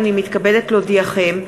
הנני מתכבדת להודיעכם,